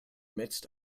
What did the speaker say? midst